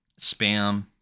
Spam